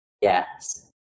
yes